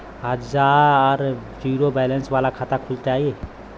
हमार zero balance वाला खाता खुल जाई?